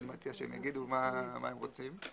אני מציע שהם יגידו מה הם רוצים.